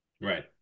Right